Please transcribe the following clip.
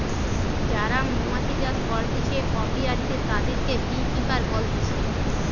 যারা মৌমাছি চাষ করতিছে অপিয়ারীতে, তাদিরকে বী কিপার বলতিছে